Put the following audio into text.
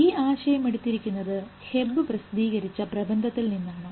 ഈ ആശയം എടുത്തിരിക്കുന്നത് ഹെബ് പ്രസിദ്ധീകരിച്ച പ്രബന്ധത്തിൽനിന്നാണ്